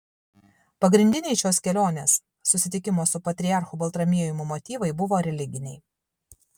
pagrindiniai šios kelionės susitikimo su patriarchu baltramiejumi motyvai buvo religiniai